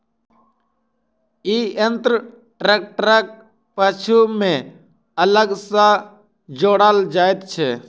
ई यंत्र ट्रेक्टरक पाछू मे अलग सॅ जोड़ल जाइत छै